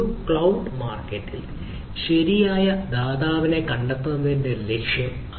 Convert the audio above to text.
ഒരു ക്ലൌഡ് മാർക്കറ്റിൽ ശരിയായ ദാതാവിനെ കണ്ടെത്തുന്നതിന്റെ ലക്ഷ്യം അതാണ്